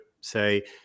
say